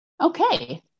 Okay